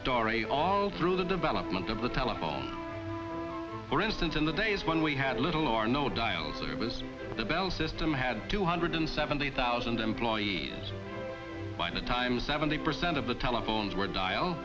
story all through the development of the telephone for instance in the days when we had little or no dial it was the bell system had two hundred seventy thousand employees by the time seventy percent of the telephones were dial